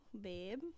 babe